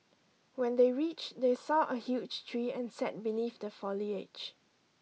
when they reach they saw a huge tree and sat beneath the foliage